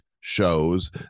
shows